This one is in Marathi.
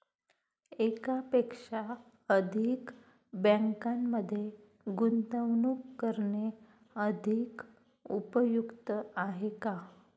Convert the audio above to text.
एकापेक्षा अधिक बँकांमध्ये गुंतवणूक करणे अधिक उपयुक्त आहे का?